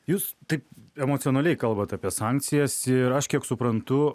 jūs taip emocionaliai kalbat apie sankcijas ir aš kiek suprantu